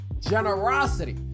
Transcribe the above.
generosity